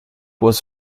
was